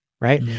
right